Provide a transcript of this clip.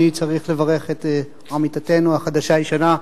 אני צריך לברך את עמיתתנו החדשה-ישנה,